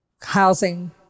housing